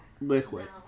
liquid